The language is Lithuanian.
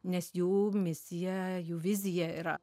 nes jų misija jų vizija yra